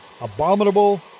abominable